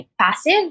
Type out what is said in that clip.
passive